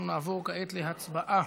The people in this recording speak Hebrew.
נעבור כעת להצבעה